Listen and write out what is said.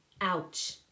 ouch